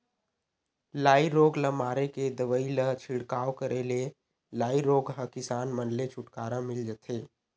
लाई रोग ल मारे के दवई ल छिड़काव करे ले लाई रोग ह किसान मन ले छुटकारा मिल जथे